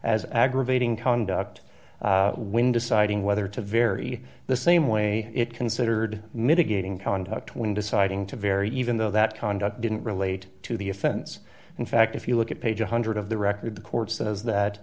as aggravating conduct when deciding whether to vary the same way it considered mitigating conduct when deciding to very even though that conduct didn't relate to the offense in fact if you look at page one hundred of the record the court says that